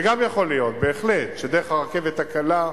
זה גם יכול להיות, בהחלט, שדרך הרכבת הקלה,